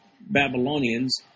Babylonians